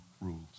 rules